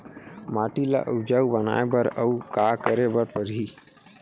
माटी ल उपजाऊ बनाए बर अऊ का करे बर परही?